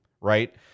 Right